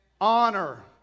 honor